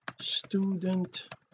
student